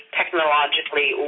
technologically